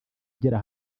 agera